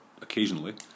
occasionally